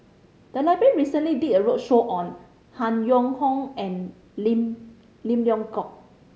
the library recently did a roadshow on Han Yong Hong and Lim Lim Leong Geok